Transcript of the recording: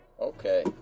Okay